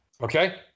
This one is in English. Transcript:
Okay